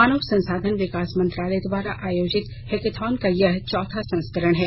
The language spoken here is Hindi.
मानव संसाधान विकास मंत्रालय द्वारा आयोजित हैकाथॉन का यह चौथा संस्करण है